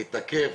תתקף,